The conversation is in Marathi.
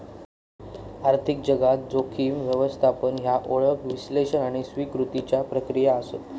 आर्थिक जगात, जोखीम व्यवस्थापन ह्या ओळख, विश्लेषण आणि स्वीकृतीच्या प्रक्रिया आसत